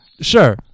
Sure